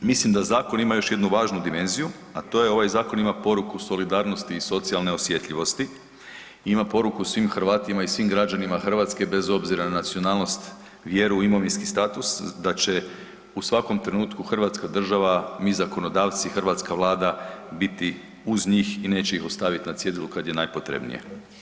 Mislim da zakon ima još jednu važnu dimenziju, a to je ovaj zakon ima poruku solidarnosti i socijalne osjetljivosti, ima poruku svim Hrvatima i svim građanima Hrvatske bez obzira na nacionalnost, vjeru, imovinski status da će u svakom trenutku Hrvatska država, mi zakonodavci, hrvatska Vlada biti uz njih i neće ih ostaviti na cjedilu kada je najpotrebnije.